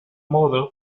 model